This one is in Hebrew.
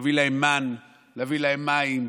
להביא להם מן, להביא להם מים,